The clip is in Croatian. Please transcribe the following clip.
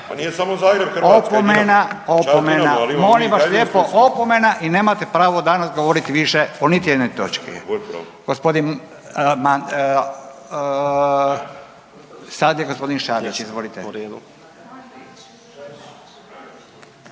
ali imamo mi i …/… Opomena, opomena. Molim vas lijepo opomena i nemate pravo danas govoriti više o niti jednoj točki. Gospodin, sad je gospodin Šarić. Izvolite.